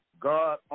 God